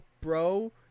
bro